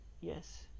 Yes